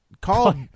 call